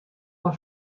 mei